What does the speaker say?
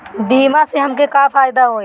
बीमा से हमके का फायदा होई?